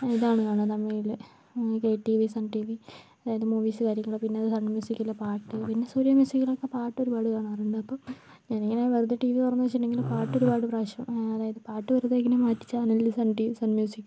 ഇതാണ് കാണുക തമിഴിൽ K T V Sun T V അതായത് മൂവീസ് കാര്യങ്ങളൊക്കെ സൺ മ്യൂസിക്കിലെ പാട്ട് പിന്നെ സൂര്യ മ്യൂസിക്കിലൊക്കെ പാട്ട് ഒരുപാട് കാണാറുണ്ട് അപ്പോൾ ഞാനിങ്ങനെ വെറുതെ ടി വി തുറന്ന് വെച്ചിട്ടുണ്ടെങ്കിലും പാട്ട് ഒരുപാട് പ്രാവശ്യം അതായത് പാട്ട് വെറുതെ ഇങ്ങനെ മാറ്റി channel Sun T V Sun music